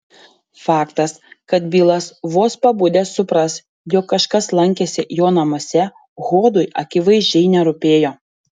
faktas kad bilas vos pabudęs supras jog kažkas lankėsi jo namuose hodui akivaizdžiai nerūpėjo